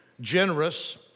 generous